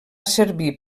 servir